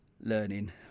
learning